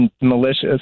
malicious